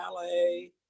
ballet